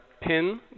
pin